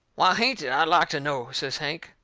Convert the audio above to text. why hain't it, i'd like to know? says hank.